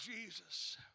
Jesus